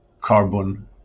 carbon